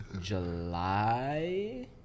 July